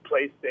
PlayStation